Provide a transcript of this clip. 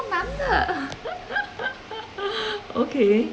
难得 okay